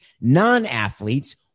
non-athletes